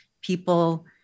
people